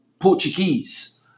Portuguese